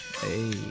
Hey